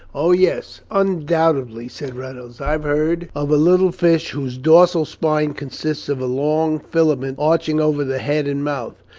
oh yes, undoubtedly, said reynolds. i've heard of a little fish whose dorsal spine consists of a long filament arching over the head and mouth,